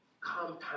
compound